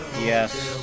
Yes